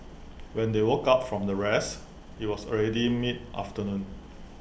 when they woke up from their rest IT was already mid afternoon